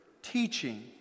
Teaching